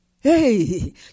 hey